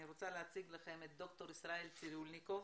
אני רוצה להציג בפניכם את דוקטור ישראל צירולניקוב